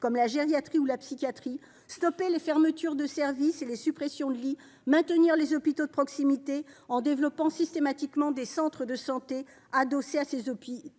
comme la gériatrie ou la psychiatrie, mettre un terme aux fermetures de services et aux suppressions de lits, maintenir les hôpitaux de proximité en développant systématiquement des centres de santé adossés à ces hôpitaux.